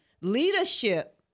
leadership